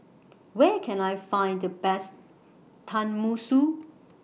Where Can I Find The Best Tenmusu